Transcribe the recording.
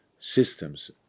systems